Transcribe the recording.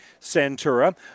Centura